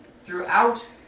throughout